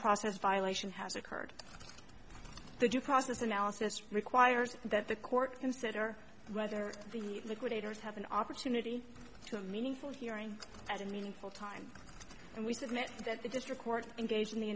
process violation has occurred the due process analysis requires that the court consider whether the liquidators have an opportunity to meaningfully hearing at a meaningful time and we submit that the district court in gauging the